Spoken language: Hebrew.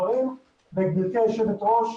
גברתי היושבת ראש,